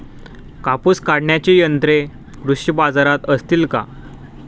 कापूस काढण्याची यंत्रे कृषी बाजारात असतील का?